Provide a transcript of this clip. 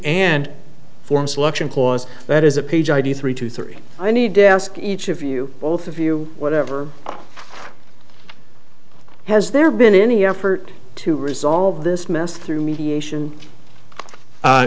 and form selection clause that is a page id three to three i need to ask each of you both of you whatever has there been any effort to resolve this mess through mediation